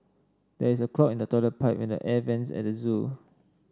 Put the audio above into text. there is a clog in the toilet pipe and the air vents at the zoo